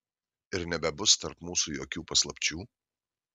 ir nebebus tarp mūsų jokių paslapčių